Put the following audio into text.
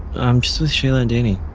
i'm just with shayla and danny